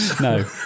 No